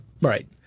right